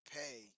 pay